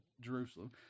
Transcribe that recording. Jerusalem